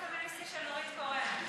זה המרד הפמיניסטי של נורית קורן,